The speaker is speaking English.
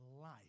life